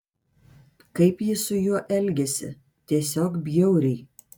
kaip ji su juo elgiasi tiesiog bjauriai